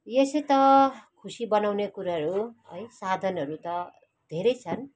यसै त खुसी बनाउने कुराहरू है साधनहरू त धेरै छन्